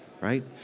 right